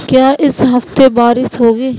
کیا اس ہفتے بارش ہوگی